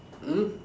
mm